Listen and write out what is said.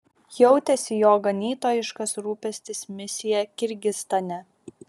jautėsi jo ganytojiškas rūpestis misija kirgizstane